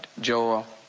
joel,